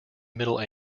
middle